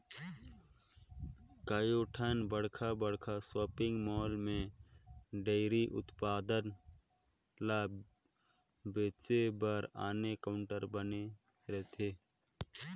कयोठन बड़खा बड़खा सॉपिंग मॉल में डेयरी उत्पाद ल बेचे बर आने काउंटर बने रहथे